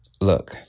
Look